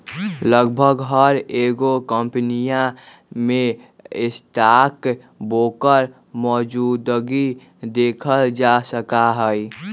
लगभग हर एगो कम्पनीया में स्टाक ब्रोकर मौजूदगी देखल जा सका हई